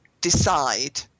decide